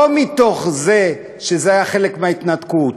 לא מתוך זה שזה היה חלק מההתנתקות,